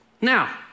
Now